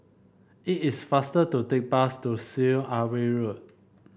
it is faster to take bus to Syed Alwi Road